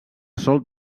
sol